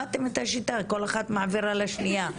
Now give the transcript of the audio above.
למדתן את השיטה כל אחת מעבירה לשנייה.